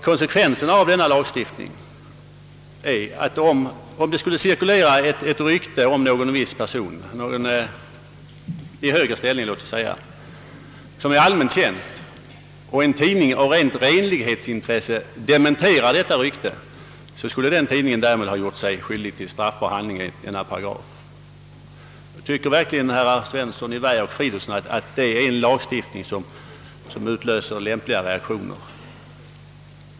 Konsekvensen av denna lagstiftning blir att om det skulle cirkulera ett menligt rykte om en viss person — låt oss säga i högre ställning och som är allmänt känd — och en tidning av rent renlighetsintresse dementerar detta rykte, så skulle tidningen därmed ha gjort sig skyldig till straffbar handling enligt denna paragraf. Tycker verkligen herrar Svensson i Vä och Fridolfsson att det är en lagstiftning som utlöser lämpliga reaktioner?